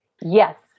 Yes